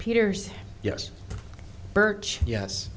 peters yes birch yes